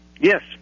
Yes